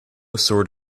sort